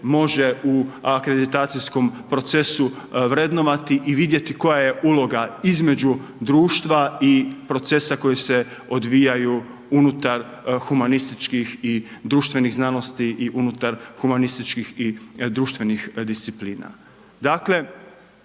može u akreditacijskom procesu vrednovati i vidjeti koja je uloga između društva i procesa koji se odvijaju unutar humanističkih i društvenih znanosti i unutar humanističkih i društvenih disciplina.